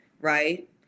right